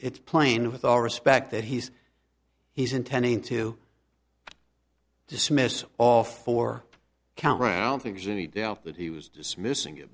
it's plain with all respect that he's he's intending to dismiss all four counts around things any doubt that he was dismissing it